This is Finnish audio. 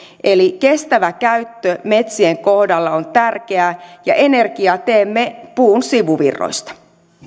kestävä käyttö metsien kohdalla on tärkeää ja energiaa teemme puun sivuvirroista